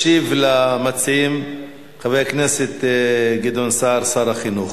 ישיב למציעים חבר הכנסת גדעון סער, שר החינוך.